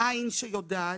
העין שיודעת,